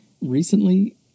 Recently